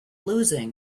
losing